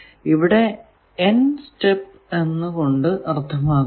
ഇവിടെ n step എന്ന് കൊണ്ട് അർത്ഥമാക്കുന്നത് ഇതാണ്